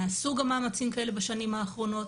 נעשו גם מאמצים כאלה בשנים האחרונות.